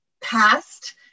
past